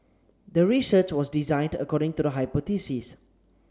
the research was designed according to the hypothesis